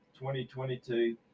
2022